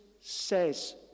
says